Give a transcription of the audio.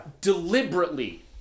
Deliberately